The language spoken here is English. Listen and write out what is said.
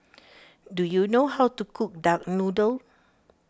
do you know how to cook Duck Noodle